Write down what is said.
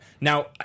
Now